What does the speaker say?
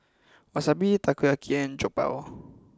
Wasabi Takoyaki and Jokbal